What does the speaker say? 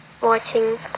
watching